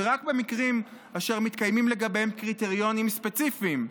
ורק במקרים אשר מתקיימים לגביהם קריטריונים ספציפיים.